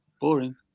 boring